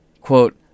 Quote